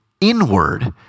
inward